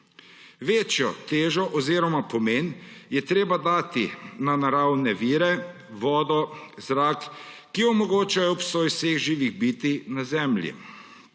Večjo težo oziroma pomen je treba dati naravnim virom, vodi, zraku, ki omogočajo obstoj vseh živih bitij na Zemlji.